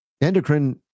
endocrine